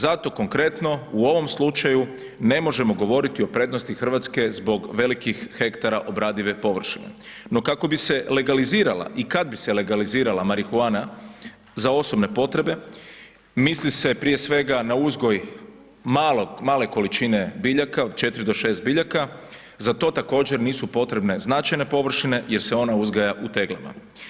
Zato konkretno, u ovom slučaju ne možemo govoriti o prednosti Hrvatske zbog velikih hektara obradive površine, no kako bi se legalizirala i kad bi se legalizirala marihuana za osobne potrebe, misli se, prije svega na uzgoj male količine biljaka, od 4 do 6 biljaka, za to također nisu potrebne značajne površine jer se ona uzgaja u teglama.